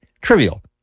trivial